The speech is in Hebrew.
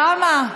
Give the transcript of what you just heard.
תמה,